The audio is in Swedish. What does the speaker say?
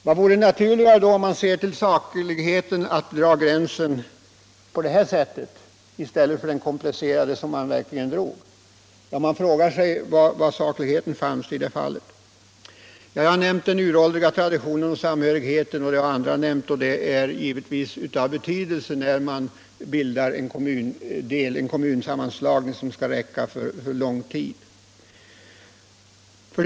Det vore naturligt, om man ser det sakligt, att dra gränsen på det här sättet i stället för den komplicerade gränsdragning man genomförde. Man frågar sig var sakligheten fanns i det fallet. 3. Den uråldriga traditionen och samhörigheten har jag och även andra nämnt. Den är givetvis av betydelse när man bildar en ny kommun som skall bestå under lång tid. 4.